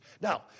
Now